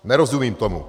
Nerozumím tomu!